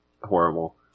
Horrible